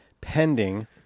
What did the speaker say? pending